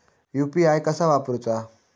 UPI कसा वापरूचा?